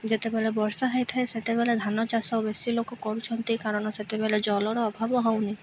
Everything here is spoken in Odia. ଯେତେବେଳେ ବର୍ଷା ହେଇଥାଏ ସେତେବେଳେ ଧାନ ଚାଷ ବେଶୀ ଲୋକ କରୁଛନ୍ତି କାରଣ ସେତେବେଳେ ଜଳର ଅଭାବ ହଉନି